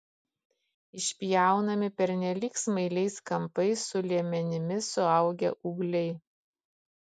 išpjaunami pernelyg smailiais kampais su liemenimis suaugę ūgliai